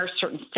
certain